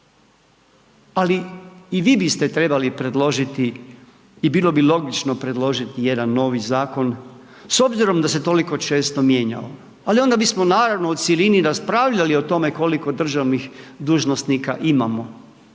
Ali, i vi biste trebali predložiti i bilo bi logično predložiti jedan novi zakon s obzirom da se toliko često mijenjao, ali onda bismo naravno u cjelini raspravljali o tome, koliko državnih dužnosnika imamo.